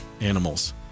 animals